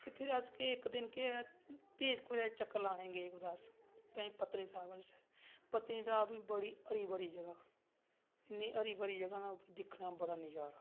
ते फिर अस इक्क दिन केह् होआ भी कुदै चक्कर लाने गी गे अस पतनीटॉप ते पत्तनीटाप बड़ी हरी भरी जगह इन्नी हरी भरी जगह ना दिक्खने दा नज़ारा